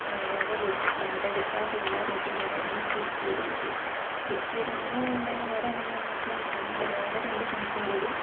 വേറെ റൂട്ട് ബന്തടുക്ക സുള്ളിയ റൂട്ടിലൂടെയായിരുന്നു തിരിച്ചു വരുന്നത് തിരിച്ചു വരുമ്പോൾ ഉണ്ടായ വേറെ അനുഭവം എന്നു വെച്ചാൽ ഞങ്ങൾ വേറെ രണ്ടു ഫ്രണ്ട്സും കൂടി